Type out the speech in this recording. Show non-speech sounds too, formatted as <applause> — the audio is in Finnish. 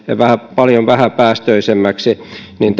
paljon vähäpäästöisemmäksi niin <unintelligible>